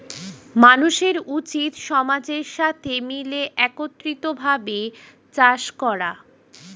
মানুষের উচিত সমাজের সাথে মিলে একত্রিত ভাবে চাষ করা